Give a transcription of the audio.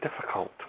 difficult